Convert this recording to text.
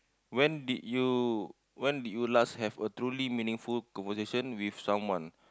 when did you when did you last have a truly meaningful conversation with someone